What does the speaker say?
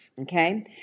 Okay